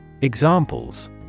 Examples